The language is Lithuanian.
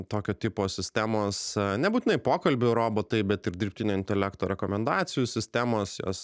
tokio tipo sistemos nebūtinai pokalbių robotai bet ir dirbtinio intelekto rekomendacijų sistemos jos